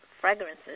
fragrances